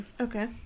Okay